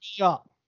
up